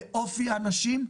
לאופי האנשים,